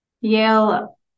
Yale